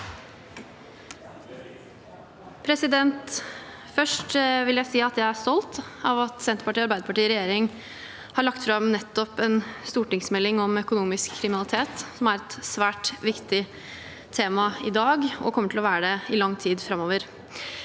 Først vil jeg si at jeg er stolt av at Senterpartiet og Arbeiderpartiet i regjering har lagt fram en stortingsmelding om økonomisk kriminalitet, noe som er et svært viktig tema i dag – og kommer til å være det i lang tid framover.